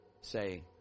say